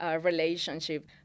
relationship